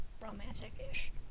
romantic-ish